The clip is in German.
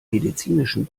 medizinischen